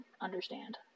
understand